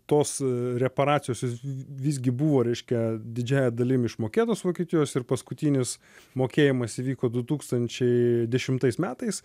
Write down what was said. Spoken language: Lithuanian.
tos reparacijos jos v visgi buvo reiškia didžiąja dalim išmokėtos vokietijos ir paskutinis mokėjimas įvyko du tūkstančiai dešimtais metais